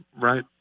right